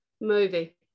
Movie